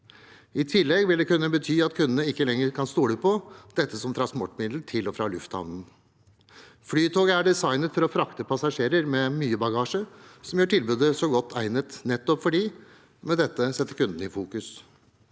I tillegg vil det kunne bety at kundene ikke lenger kan stole på dette som transportmiddel til og fra lufthavnen. Flytoget er designet for å frakte passasjerer med mye bagasje, som gjør tilbudet så godt egnet fordi man med dette setter kunden i fokus.